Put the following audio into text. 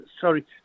sorry